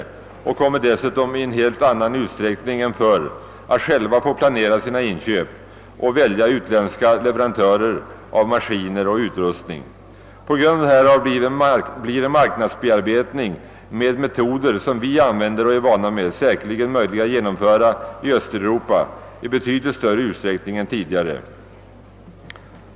Dessutom kommer de i en helt annan utsträckning än förr att själva få planera sina inköp och välja utländska leverantörer av maskiner och utrustning. På grund härav blir en marknadsbearbetning med metoder som vi är vana vid säkerligen möjlig att genomföra i Östeuropa i avsevärt större omfattning än tidigare.